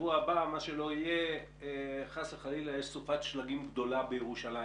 חס וחלילה יש סופת שלגים גדולה בירושלים